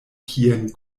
kien